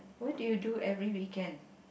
what do you do every weekend